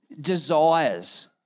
desires